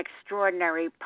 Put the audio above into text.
extraordinary